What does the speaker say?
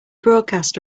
broadcast